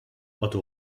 otto